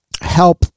help